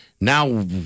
now